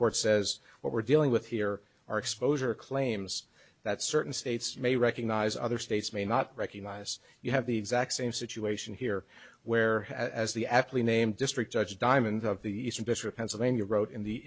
court says what we're dealing with here our exposure claims that certain states may recognize other states may not recognize you have the exact same situation here where as the actually named district judge diamond of the eastern fisher pennsylvania wrote in the